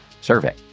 survey